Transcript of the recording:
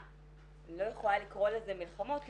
אני לא יכולה לקרוא לזה מלחמות,